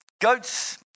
goats